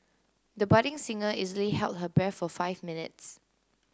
the budding singer easily held her breath for five minutes